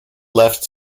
left